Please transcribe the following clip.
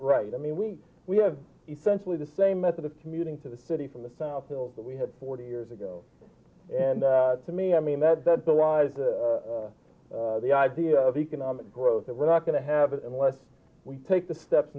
right i mean we we have essentially the same method of commuting to the city from the south wales that we had forty years ago and to me i mean that that belies the idea of economic growth that we're not going to have it unless we take the steps